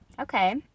Okay